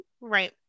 Right